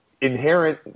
inherent